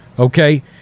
Okay